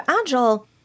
Agile